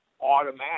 automatic